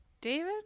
David